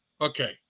Okay